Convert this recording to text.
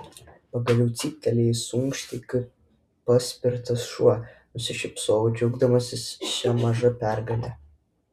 pagaliau cyptelėjai suunkštei kaip paspirtas šuo nusišypsojau džiaugdamasis šia maža pergale